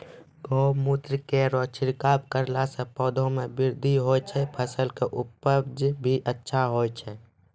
गौमूत्र केरो छिड़काव करला से पौधा मे बृद्धि होय छै फसल के उपजे भी अच्छा होय छै?